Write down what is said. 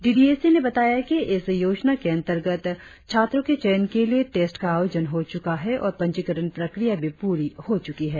D D S E ने बताया कि इस योजना के अंतर्गत छात्रो के चयन के लिए टेस्ट का आयोजन हो चुका है और पंजीकरण प्रक्रिया भी पूरी हो चुकी है